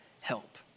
help